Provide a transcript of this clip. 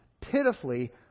pitifully